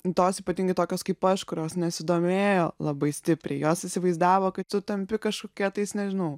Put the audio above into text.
tos ypatingai tokios kaip aš kurios nesidomėjo labai stipriai jos įsivaizdavo kad čia tampi kažkokia tais nežinau